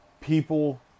people